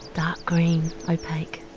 dark green, opaque,